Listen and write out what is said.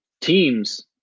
teams